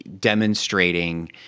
demonstrating